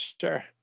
sure